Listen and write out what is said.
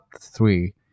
three